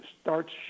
starts